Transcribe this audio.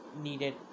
needed